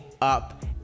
up